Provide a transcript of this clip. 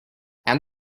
add